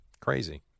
Crazy